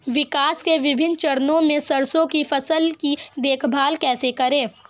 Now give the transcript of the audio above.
विकास के विभिन्न चरणों में सरसों की फसल की देखभाल कैसे करें?